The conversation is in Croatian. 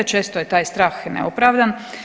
Često je taj strah neopravdan.